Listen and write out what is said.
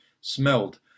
smelled